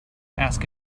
ask